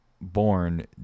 born